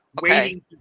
waiting